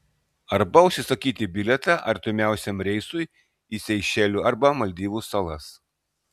arba užsisakyti bilietą artimiausiam reisui į seišelių arba maldyvų salas